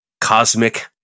cosmic